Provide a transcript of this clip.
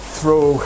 throw